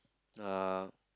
ah